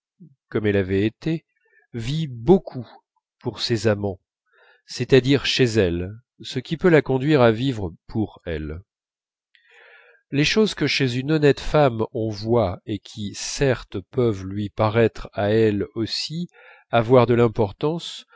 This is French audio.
comme elle avait été vit beaucoup pour ses amants c'est-à-dire chez elle ce qui peut la conduire à vivre pour elle les choses que chez une honnête femme on voit et qui certes peuvent lui paraître à elle aussi avoir de l'importance